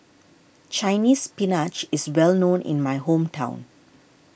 Chinese Spinach is well known in my hometown